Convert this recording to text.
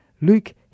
Luke